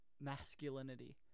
masculinity